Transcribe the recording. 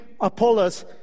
Apollos